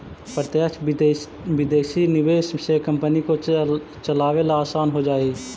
प्रत्यक्ष विदेशी निवेश से कंपनी को चलावे ला आसान हो जा हई